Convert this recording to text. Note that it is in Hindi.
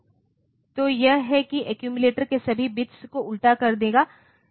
तो यह है कि यह एक्यूमिलेटर के सभी बिट्स को उल्टा कर देगा